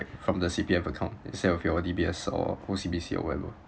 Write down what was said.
from the C_P_F account instead of your D_B_S or O_C_B_C or whatever